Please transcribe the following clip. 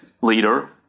leader